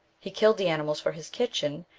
he killed the animals for his kitchen,